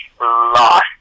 lost